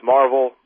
Marvel